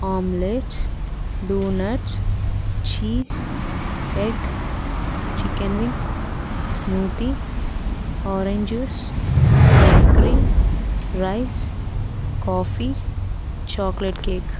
omelet doughnuts cheese egg chicken wings smoothie orange juice ice cream rice coffee chocolate cake